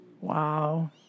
Wow